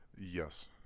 Yes